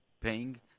paying